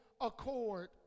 accord